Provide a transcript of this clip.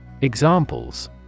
Examples